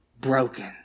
broken